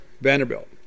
Vanderbilt